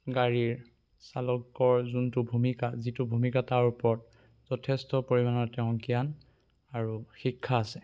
গাড়ীৰ চালকৰ যোনটো ভূমিকা যিটো ভূমিকা তাৰ ওপৰত যথেষ্ট পৰিমাণৰ তেওঁৰ জ্ঞান আৰু শিক্ষা আছে